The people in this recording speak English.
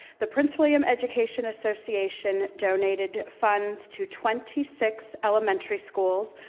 the prince william education association donated funds to twenty six elementary schools,